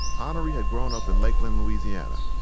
honore had grown up in lakeland, louisiana.